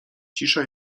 cisza